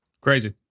Crazy